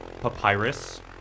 papyrus